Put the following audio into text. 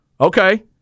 Okay